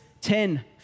ten